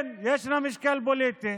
כן, יש לה משקל פוליטי,